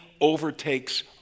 overtakes